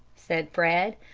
said fred,